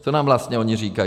Co nám vlastně oni říkají?